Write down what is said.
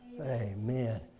Amen